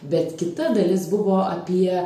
bet kita dalis buvo apie